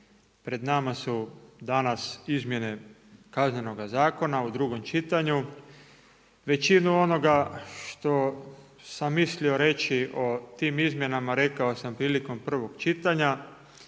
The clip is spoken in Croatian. Pred nama su danas izmjene Kaznenoga zakona u drugom čitanju. Većina onoga što sam mislio reći o tim izmjenama rekao sam prilikom prvog čitanja.